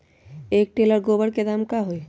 एक टेलर गोबर के दाम का होई?